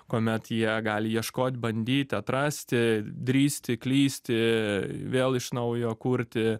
kuomet jie gali ieškot bandyt atrasti drįsti klysti vėl iš naujo kurti